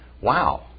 wow